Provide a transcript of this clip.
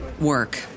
work